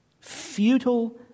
Futile